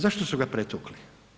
Zašto su ga pretukli?